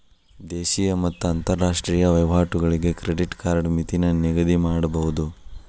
ದೇಶೇಯ ಮತ್ತ ಅಂತರಾಷ್ಟ್ರೇಯ ವಹಿವಾಟುಗಳಿಗೆ ಕ್ರೆಡಿಟ್ ಕಾರ್ಡ್ ಮಿತಿನ ನಿಗದಿಮಾಡಬೋದು